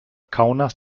kaunas